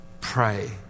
pray